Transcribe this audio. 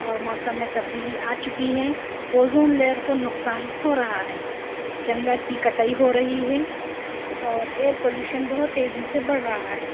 اور موسم میں تبدیلی آ چکی ہے اوزون لیئر کو نقصان ہو رہا ہے جنگلات کی کٹائی ہو رہی ہے اور ایئر پولوشن بہت تیزی سے بڑھ رہا ہے